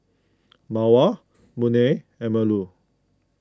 Mawar Munah and Melur